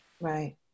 Right